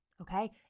okay